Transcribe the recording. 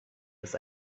ist